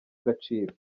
agaciro